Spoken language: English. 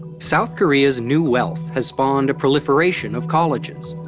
south korea's new wealth has spawned a proliferation of colleges.